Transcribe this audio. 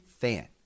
fan